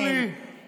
אורלי, אורלי.